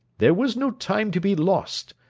there was no time to be lost.